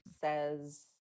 says